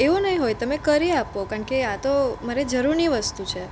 એવું નહીં હોય તમે કરી આપો કારણ કે આ તો મારે જરૂરની વસ્તુ છે